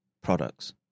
products